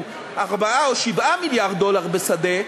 הוא 4 או 7 מיליארד דולר בשדה,